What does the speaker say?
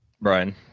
Brian